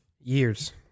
Years